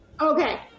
Okay